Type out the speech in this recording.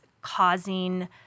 causing